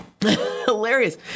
Hilarious